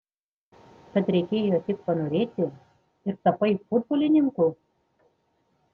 tad reikėjo tik panorėti ir tapai futbolininku